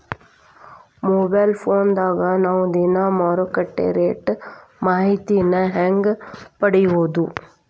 Mobile ಫೋನ್ಯಾಗ ನಾವ್ ದಿನಾ ಮಾರುಕಟ್ಟೆ ರೇಟ್ ಮಾಹಿತಿನ ಹೆಂಗ್ ಪಡಿಬೋದು?